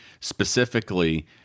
specifically